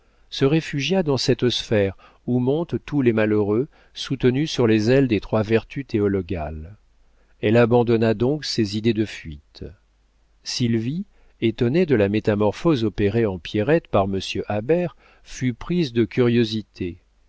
se réfugia dans cette sphère où montent tous les malheureux soutenus sur les ailes des trois vertus théologales elle abandonna donc ses idées de fuite sylvie étonnée de la métamorphose opérée en pierrette par monsieur habert fut prise de curiosité